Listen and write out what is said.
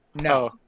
No